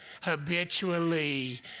habitually